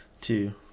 two